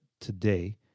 today